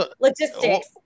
logistics